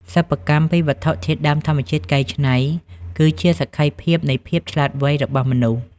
សិប្បកម្មពីវត្ថុធាតុដើមធម្មជាតិកែច្នៃ គឺជាសក្ខីភាពនៃភាពឆ្លាតវៃរបស់មនុស្ស។